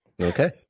Okay